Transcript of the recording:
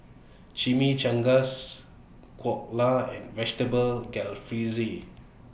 Chimichangas Dhokla and Vegetable Jalfrezi